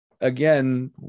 again